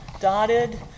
Dotted